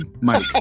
Mike